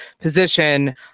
position